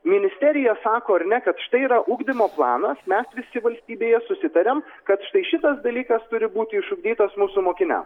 ministerija sako ar ne kad štai yra ugdymo planas mes visi valstybėje susitariam kad štai šitas dalykas turi būti išugdytas mūsų mokiniam